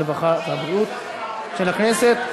הרווחה והבריאות של הכנסת.